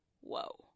whoa